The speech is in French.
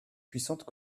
puissantes